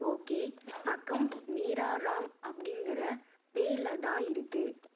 okay account Meera Ram அப்படிங்கற பெயர்ல தான் இருக்குது